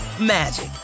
magic